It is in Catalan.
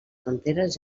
fronteres